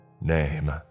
Name